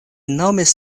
nomis